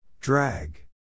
Drag